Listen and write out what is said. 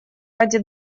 ради